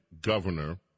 governor